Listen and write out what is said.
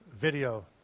video